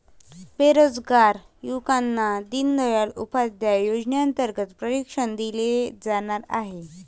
बेरोजगार युवकांना दीनदयाल उपाध्याय योजनेअंतर्गत प्रशिक्षण दिले जाणार आहे